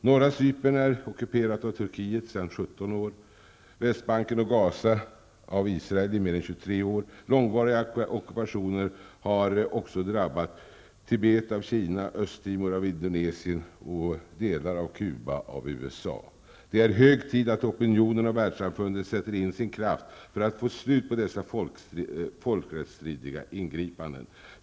Norra Cypern är ockuperat av Turkiet sedan 17 år, Västbanken och Gaza av Israel i mer än 23 år. Långvariga ockupationer har också drabbat andra länder. Tibet har ockuperats av Kina, Östtimor av Indonesien och delar av Cuba av USA. Det är hög tid att opinionen och världssamfundet sätter in sin kraft för att få slut på dessa folkrättsstridiga ingripanden.